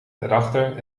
erachter